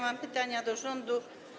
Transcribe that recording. Mam pytania do rządu.